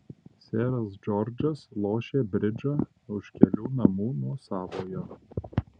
seras džordžas lošė bridžą už kelių namų nuo savojo